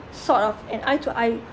sort of an eye to eye